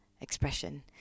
expression